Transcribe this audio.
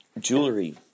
jewelry